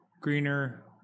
greener